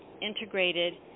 integrated